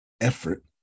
effort